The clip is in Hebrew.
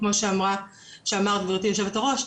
כמו שאמרת גברתי היושבת-ראש,